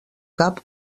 cap